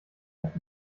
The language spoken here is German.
hat